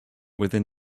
within